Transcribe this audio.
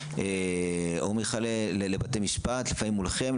זק"א או מיכאל לבתי משפט לפעמים מולכם,